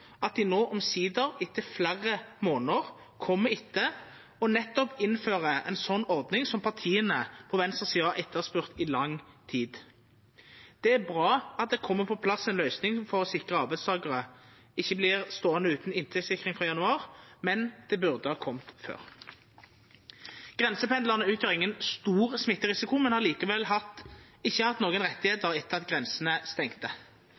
at dei no omsider, etter fleire månader, kjem etter og nettopp innfører ei slik ordning som partia på venstresida har etterspurt i lang tid. Det er bra at det kjem på plass ei løysing for å sikra at arbeidstakarar ikkje vert ståande utan inntektssikring frå januar, men det burde ha kome før. Grensependlarane utgjer ingen stor smitterisiko, men har likevel ikkje hatt nokon rettar etter at grensene stengde.